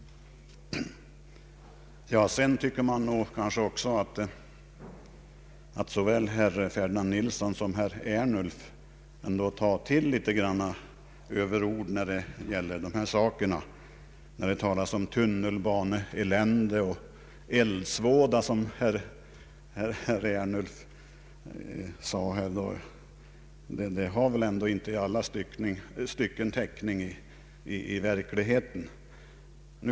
Man tycker nog att såväl herr Ferdinand Nilsson som herr Ernulf tar till överord när det gäller dessa saker. Den förre talade om tunnnelbaneelände, och herr Ernulf begagnade uttrycket ”eldsvåda”. Det har väl inte i alla stycken täckning i verkligheten.